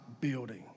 building